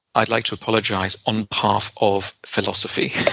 i'd like to apologize on behalf of philosophy.